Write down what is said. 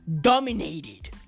dominated